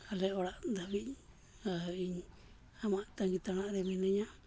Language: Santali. ᱟᱞᱮ ᱚᱲᱟᱜ ᱫᱷᱟᱹᱵᱤᱡᱽ ᱟᱨ ᱤᱧ ᱟᱢᱟᱜ ᱛᱟᱺᱜᱤ ᱛᱟᱬᱟᱜ ᱨᱮ ᱢᱤᱱᱟᱹᱧᱟ